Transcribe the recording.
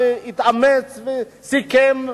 התאמץ וסיכם,